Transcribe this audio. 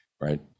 right